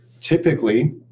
typically